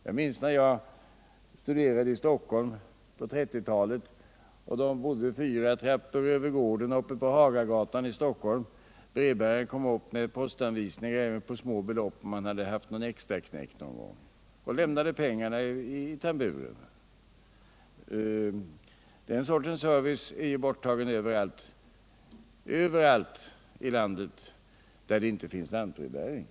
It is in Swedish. Jag minns hur det var när jag på den tiden studerade i Stockholm och bodde fyra trappor över gården på Hagagatan. Då kom brevbäraren upp med postanvisningar även på små belopp för något extraknäck som man hade haft någon gång, och han lämnade pengarna i tamburen. Den sortens service är ju numera borttagen överallt i landet där det inte finns lantbrevbäring.